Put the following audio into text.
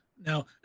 Now